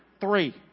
three